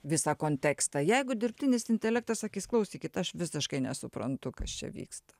visą kontekstą jeigu dirbtinis intelektas sakys klausykit aš visiškai nesuprantu kas čia vyksta